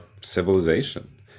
civilization